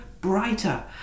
brighter